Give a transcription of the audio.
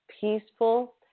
peaceful